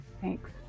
Thanks